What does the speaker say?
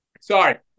sorry